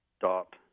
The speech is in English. dot